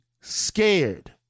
scared